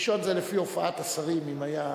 ראשון זה לפי הופעת השרים, אם היה.